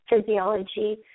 physiology